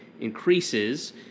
increases